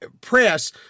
press